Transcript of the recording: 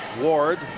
Ward